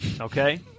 Okay